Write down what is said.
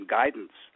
guidance